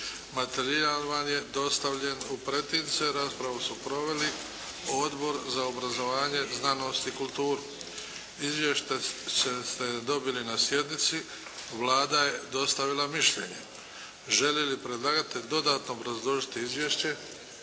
Materijal vam je dostavljen u pretince. Raspravu su proveli Odbor za obrazovanje, znanost i kulturu. Izvješća ste dobili na sjednici. Vlada je dostavila mišljenje. Želi li predlagatelj dodatno obrazložiti izvješće?